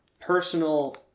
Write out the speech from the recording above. personal